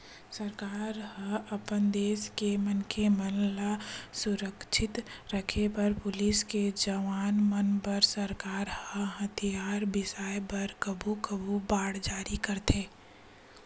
सरकार ह अपन देस के मनखे मन ल सुरक्छित रखे बर पुलिस के जवान मन बर सरकार ह हथियार बिसाय बर कभू कभू बांड जारी करथे